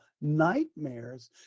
nightmares